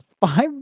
five